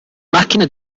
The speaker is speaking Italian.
macchina